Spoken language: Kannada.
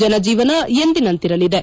ಜನಜೀವನ ಎಂದಿನಂತಿರಲಿದೆ